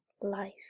life